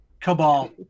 Cabal